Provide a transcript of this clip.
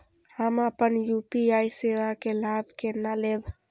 हम अपन यू.पी.आई सेवा के लाभ केना लैब?